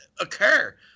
occur